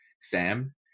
Sam